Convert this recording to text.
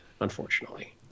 unfortunately